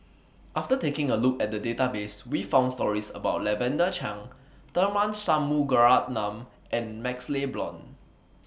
after taking A Look At The Database We found stories about Lavender Chang Tharman Shanmugaratnam and MaxLe Blond